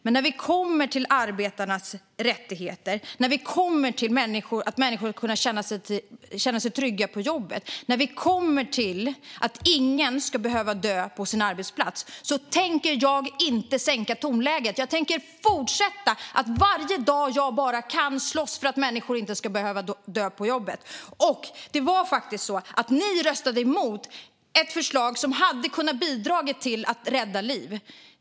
Men när vi kommer till arbetarnas rättigheter och till att människor ska kunna känna sig trygga på jobbet - när vi kommer till att ingen ska behöva dö på sin arbetsplats - tänker jag inte sänka tonläget. Jag tänker fortsätta att, varje dag jag bara kan, slåss för att människor inte ska behöva dö på jobbet! Det var faktiskt så att ni röstade emot ett förslag som hade kunnat bidra till att rädda liv, Thomas Morell.